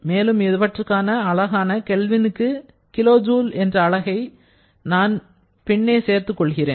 மேலும் இவற்றுக்கான அலகான கெல்வினுக்கு கிலோ ஜூல் என்ற அலகை நான் பின்னே சேர்த்துக் கொள்கிறேன்